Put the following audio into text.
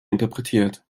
interpretiert